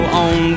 on